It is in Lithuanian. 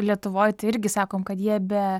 lietuvoj tai irgi sakom kad jie be